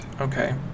Okay